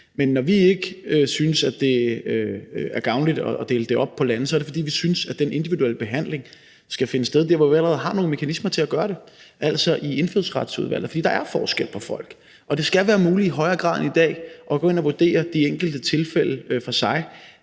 Men når vi ikke synes, at det er gavnligt at dele det op i lande, så er det, fordi vi synes, at den individuelle behandling skal finde sted der, hvor vi allerede har nogle mekanismer til at gøre det, altså i Indfødsretsudvalget. For der er forskel på folk, og det skal være muligt i højere grad end i dag at gå ind og vurdere de enkelte tilfælde for sig,